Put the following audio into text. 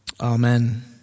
Amen